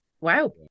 wow